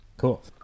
Cool